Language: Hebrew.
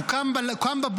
הוא קם בבוקר,